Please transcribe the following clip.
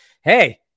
hey